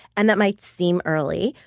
and that might seem early,